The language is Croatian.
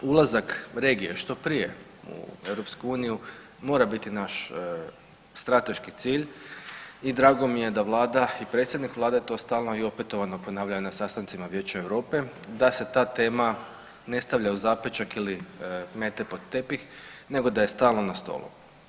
Ulazak regije što prije u EU mora biti naš strateški cilj i drago mi je da vlada i predsjednik vlade to stalno i opetovano ponavljaju na sastancima Vijeća Europe da se ta tema ne stavlja u zapećak ili mete pod tepih nego da je stalno na stolu.